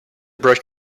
brush